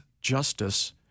justice